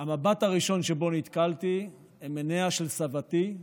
המבט הראשון שבו נתקלתי היה עיניה של סבתי,